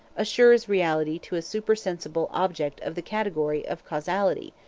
assures reality to a supersensible object of the category of causality,